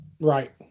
Right